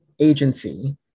agency